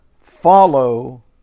follow